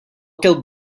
kill